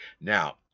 Now